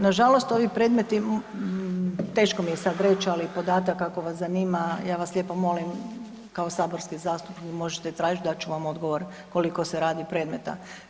Nažalost ovi predmeti teško mi je sada reći, ali podatak ako vas zanima ja vas lijepo molim kao saborski zastupnik možete tražit dat ću vam odgovor koliko se radi predmeta.